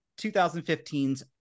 2015's